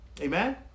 Amen